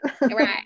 Right